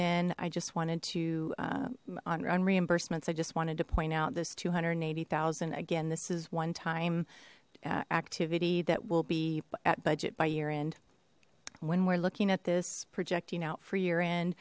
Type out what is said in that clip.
then i just wanted to run reimbursements i just wanted to point out this two hundred and eighty thousand again this is one time activity that will be at budget by year end when we're looking at this projecting out for your end